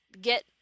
get